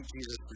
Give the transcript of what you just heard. Jesus